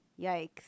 Yikes